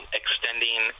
extending